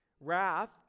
Wrath